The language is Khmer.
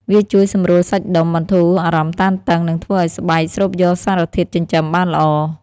វាជួយសម្រួលសាច់ដុំ បន្ធូរអារម្មណ៍តានតឹង និងធ្វើឲ្យស្បែកស្រូបយកសារធាតុចិញ្ចឹមបានល្អ។